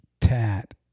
tat